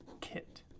kit